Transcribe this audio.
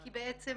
כי בעצם